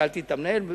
שאלתי את המנהל.